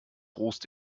rost